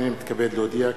הנני מתכבד להודיע,